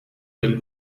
del